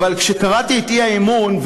אבל כשקראתי את האי-אמון,